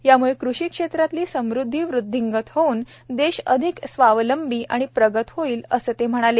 यामुळे कृषी क्षेत्रातली समृद्धी वृद्धिंगत होऊन देश अधिक स्वावलंबी आणि प्रगत होईल असंही ते म्हणाले